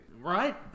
Right